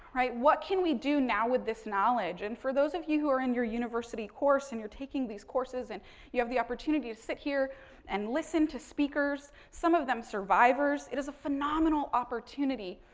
right. what can we do now with this knowledge? and, for those of you who are in your university course and you're taking these courses and you have the opportunity to sit here and listen to speakers, some of them survivors, it is a phenomenal opportunity.